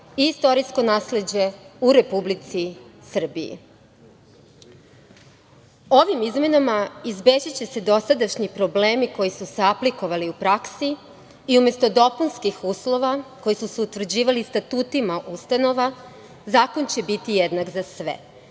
i istorijsko nasleđe u Republici Srbiji. Ovim izmenama izbeći će se dosadašnji problemi koji su se aplikovali u praksi i umesto dopunskih uslova, koji su se utvrđivali statutima u ustanovama, zakon će biti jednak za sve,